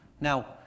Now